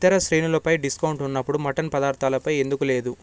ఇతర శ్రేణులపై డిస్కౌంట్ ఉన్నప్పుడు మటన్ పదార్థాలపై ఎందుకు లేదు